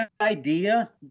idea